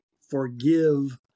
forgive